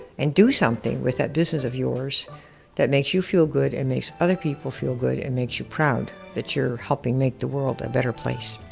and do something with that business of yours that makes you feel good and makes other people feel good and makes you proud that you're helping make the world a better place.